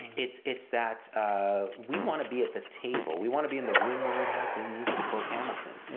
it's it's that ah we want to be at the table. we want to be in the room where it happens, to quote hamilton.